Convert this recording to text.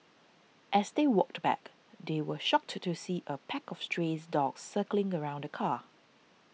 as they walked back they were shocked to see a pack of stray dogs circling around the car